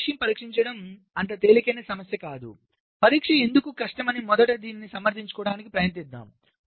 మరొక విషయం పరీక్షించడం అంత తేలికైన సమస్య కాదు పరీక్ష ఎందుకు కష్టమని మొదట దీనిని సమర్థించుకోవడానికి ప్రయత్నిద్దాం